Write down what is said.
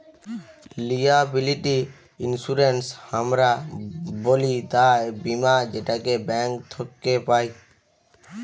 liability insurance হামরা ব্যলি দায় বীমা যেটাকে ব্যাঙ্ক থক্যে পাই